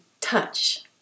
touch